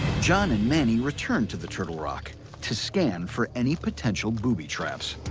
john and manny return to the turtle rock to scan for any potential booby traps.